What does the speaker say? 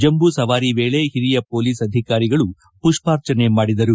ಜಂಬೂ ಸವಾರಿ ವೇಳೆ ಓರಿಯ ಪೊಲೀಸ್ ಅಧಿಕಾರಿಗಳು ಪುಷ್ಪಾರ್ಜನೆ ಮಾಡಿದರು